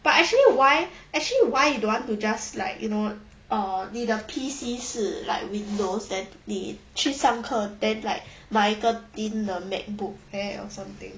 but actually why actually why you don't want to just like you know uh 你的 P_C 是 like windows then 你去上课 then like 买一个 thin 的 macbook air or something